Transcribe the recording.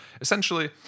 Essentially—